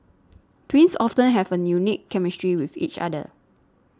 twins often have a unique chemistry with each other